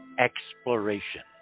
exploration